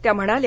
त्या म्हणाल्या